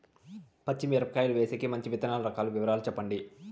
పచ్చి మిరపకాయలు వేసేకి మంచి విత్తనాలు రకాల వివరాలు చెప్పండి?